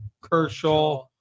Kershaw